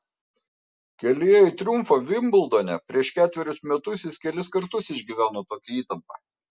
kelyje į triumfą vimbldone prieš ketverius metus jis kelis kartus išgyveno tokią įtampą